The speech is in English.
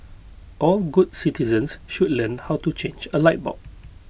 all good citizens should learn how to change A light bulb